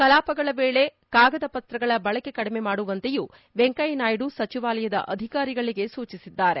ಕಲಾಪಗಳ ವೇಳೆ ಕಾಗದ ಪತ್ರಗಳ ಬಳಕೆ ಕಡಿಮೆ ಮಾಡುವಂತೆಯೂ ವೆಂಕಯ್ಯನಾಯ್ದು ಸಚಿವಾಲಯದ ಅಧಿಕಾರಿಗಳಿಗೆ ಸೂಚಿಸಿದ್ದಾರೆ